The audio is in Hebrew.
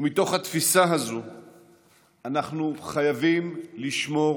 מתוך התפיסה הזאת אנחנו חייבים לשמור